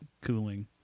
cooling